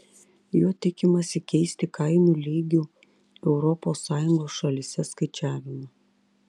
juo tikimasi keisti kainų lygių europos sąjungos šalyse skaičiavimą